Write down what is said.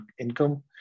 income